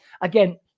Again